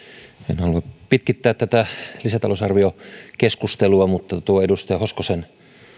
en halua pitkittää tätä lisätalousarviokeskustelua mutta tuo edustaja hoskosen